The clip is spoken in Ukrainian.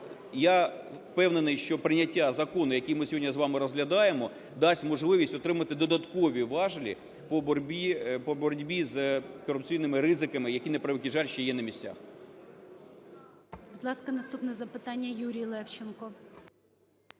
Я впевнений, що прийняття закону, який ми сьогодні з вами розглядаємо, дасть можливість отримати додаткові важелі по боротьбі з корупційними ризиками, які, на превеликий жаль, ще є на місцях.